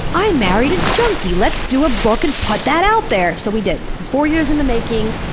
i married a junkie! let's do a book and put that out there. so we did. four years in the making,